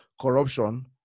Corruption